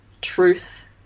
truth